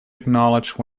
acknowledge